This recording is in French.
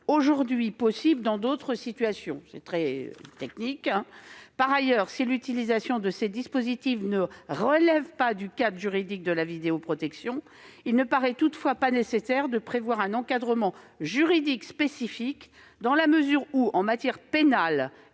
aujourd'hui possibles dans d'autres situations. Par ailleurs, si l'utilisation de ces dispositifs ne relève pas du cadre juridique de la vidéoprotection, il ne paraît pas nécessaire de prévoir un encadrement juridique spécifique, dans la mesure où, en matière pénale